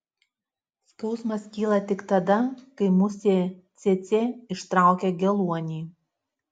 skausmas kyla tik tada kai musė cėcė ištraukia geluonį